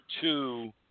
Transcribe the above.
two